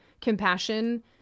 compassion